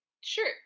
sure